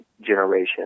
generation